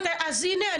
אז הנה,